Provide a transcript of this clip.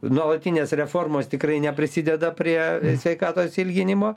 nuolatinės reformos tikrai neprisideda prie sveikatos ilginimo